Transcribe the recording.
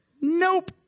nope